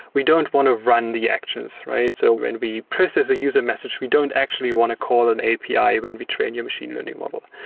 we don't want to run the actions, right? so when we process a user message, we don't actually want to call an api when we train your machine learning model.